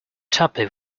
tuppy